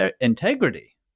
integrity